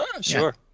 sure